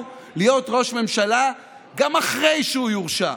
להיות ראש ממשלה גם אחרי שהוא יורשע.